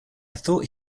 thought